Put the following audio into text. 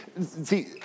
see